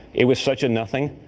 it was such a nothing.